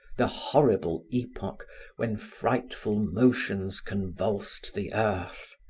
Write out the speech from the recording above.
the horrible epoch when frightful motions convulsed the earth.